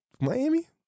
Miami